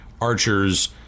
archers